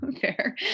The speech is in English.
Fair